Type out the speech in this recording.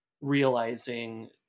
realizing